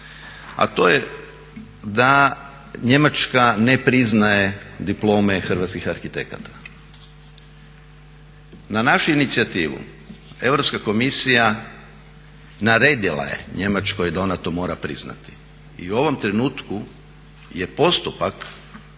a to je da Njemačka ne priznaje diplome hrvatskih arhitekata. Na našu inicijativu Europska komisija naredila je Njemačkoj da ona to mora priznati, i u ovom trenutku je postupak